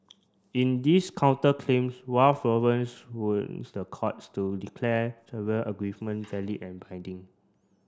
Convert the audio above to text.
in this counterclaims Ralph Lauren the courts to declare agreement valid and binding